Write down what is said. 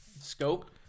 Scope